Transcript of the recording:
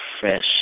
fresh